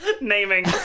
Naming